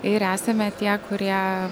ir esame tie kurie